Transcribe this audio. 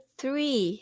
three